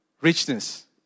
richness